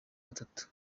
gatatu